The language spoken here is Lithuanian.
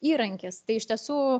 įrankis tai iš tiesų